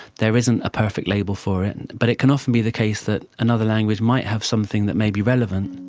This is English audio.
there isn't a perfect label for it. and but it can often be the case that another language might have something that may be relevant.